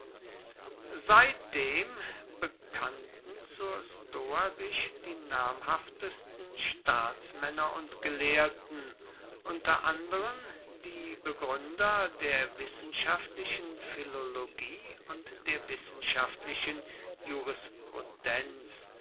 seitdem bekannten zur stoa sich die namhaftesten staatsmänner und gelehrten unter anderen die begründer der wissenschaftlichen philologie und der wissenschaftlichen